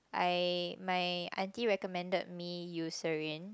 I my auntie recommended me Eucerin